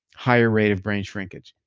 higher rate of brain shrinkage.